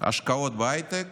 השקעות בהייטק